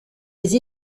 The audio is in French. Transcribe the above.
les